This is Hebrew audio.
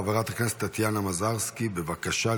חברת הכנסת טטיאנה מזרסקי, בבקשה.